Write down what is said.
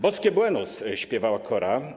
Boskie Buenos - śpiewała Kora.